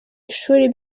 ishuri